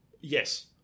yes